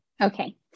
Okay